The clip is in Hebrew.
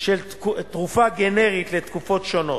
של תרופה גנרית לתקופות שונות.